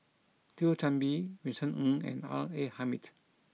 Thio Chan Bee Vincent Ng and R A Hamid